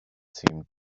seemed